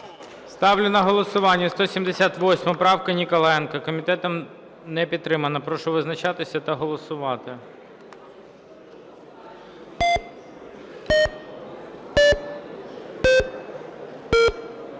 Ставлю на голосування 215 правку Мамки. Комітетом не підтримана. Прошу визначатися та голосувати.